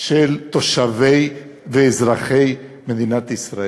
של תושבי ואזרחי מדינת ישראל.